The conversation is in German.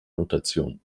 notation